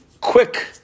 quick